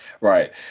right